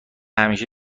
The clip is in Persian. همیشه